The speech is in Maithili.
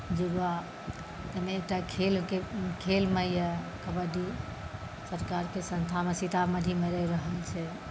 जौंऑं जाहिमे एकटा खेलमे यऽ कबड्डी सीतामढ़ीमे रहि रहल छै